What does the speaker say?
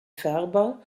ferber